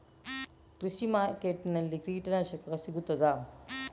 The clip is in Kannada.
ಕೃಷಿಮಾರ್ಕೆಟ್ ನಲ್ಲಿ ಕೀಟನಾಶಕಗಳು ಸಿಗ್ತದಾ?